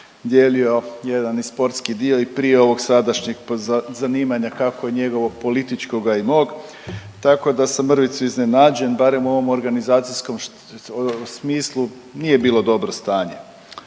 dijelio jedan i sportski dio i prije ovog sadašnjeg zanimanja kako njegovog političkoga i mog, tako da sam mrvicu iznenađen barem u ovom organizacijskom smislu, nije bilo dobro stanje.